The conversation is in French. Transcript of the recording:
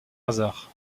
hasard